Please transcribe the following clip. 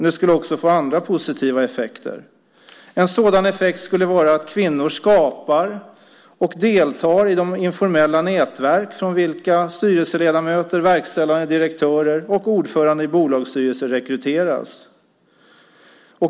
Det skulle också få andra positiva effekter. En sådan effekt skulle vara att kvinnor skapar och deltar i de informella nätverk från vilka styrelseledamöter, verkställande direktörer och ordförande i bolagsstyrelser rekryteras.